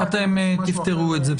אתם תפתרו את זה.